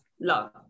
love